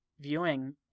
viewing